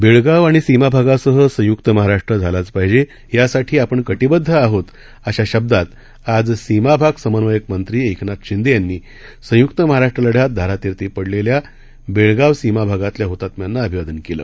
बेळगाव आणि सीमाभागासह संयुक्त महाराष्ट्र झालाच पाहिजे यासाठी आपण कटिबद्ध आहोत अशा शब्दात आज सीमा भाग समन्वयक मंत्री एकनाथ शिंदे यांनी संयुक्त महाराष्ट्र लढ्यात धारातीर्थी पडलेल्या बेळगाव सीमा भागातल्या हुतात्म्यांना अभिवादन केलं